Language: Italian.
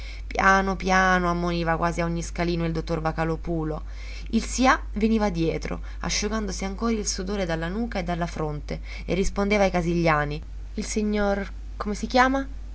piano piano ammoniva quasi a ogni scalino il dottor vocalòpulo il sià veniva dietro asciugandosi ancora il sudore dalla nuca e dalla fronte e rispondeva ai casigliani il signor come si chiama